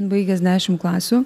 baigęs dešimt klasių